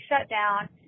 shutdown